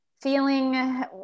feeling